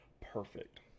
perfect